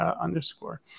underscore